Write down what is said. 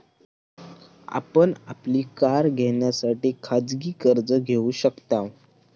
आपण आपली कार घेण्यासाठी खाजगी कर्ज घेऊ शकताव